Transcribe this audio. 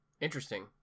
Interesting